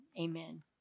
amen